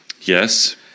yes